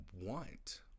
want